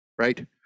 Right